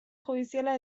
judiziala